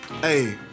Hey